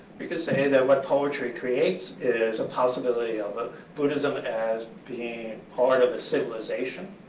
we could say that what poetry creates is a possibility of ah buddhism as being part of a civilization